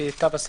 התו הסגול.